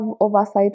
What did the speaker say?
oversight